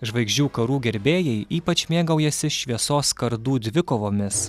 žvaigždžių karų gerbėjai ypač mėgaujasi šviesos kardų dvikovomis